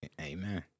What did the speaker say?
amen